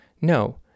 No